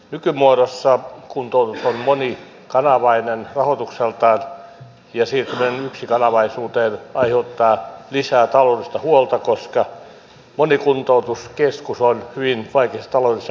nykymuodossa kuntoutus on monikanavainen rahoitukseltaan ja siirtyminen yksikanavaisuuteen aiheuttaa lisää taloudellista huolta koska moni kuntoutuskeskus on hyvin vaikeissa taloudellisissa vaikeuksissa